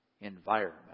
environment